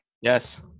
Yes